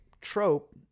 trope